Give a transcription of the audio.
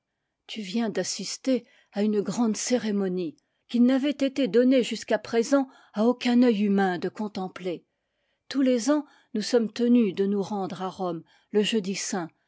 tu viens d'assister à une grande cérémonie qu'il n'avait été donné jusqu'à présent à aucun œil humain de contem pler tous les ans nous sommes tenues de nous rendre à rome le jeudi saint